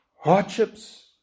hardships